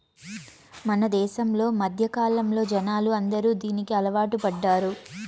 మన దేశంలో మధ్యకాలంలో జనాలు అందరూ దీనికి అలవాటు పడ్డారు